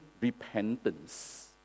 repentance